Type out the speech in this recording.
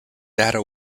data